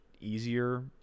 easier